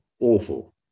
awful